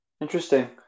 Interesting